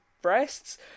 breasts